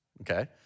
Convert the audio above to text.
Okay